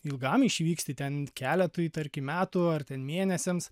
ilgam išvyksti ten keletui tarkim metų ar ten mėnesiams